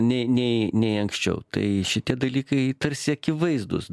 nei nei nei anksčiau tai šitie dalykai tarsi akivaizdūs